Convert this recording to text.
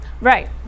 Right